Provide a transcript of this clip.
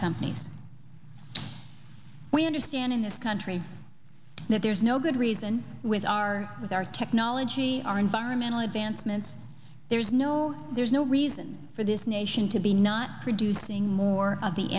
company we understand in this country that there's no good reason with our with our technology our environmental advancements there is no there's no reason for this nation to be not producing more of the